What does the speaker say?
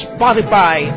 Spotify